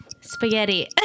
Spaghetti